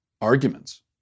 arguments